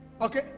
okay